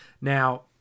Now